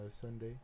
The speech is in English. Sunday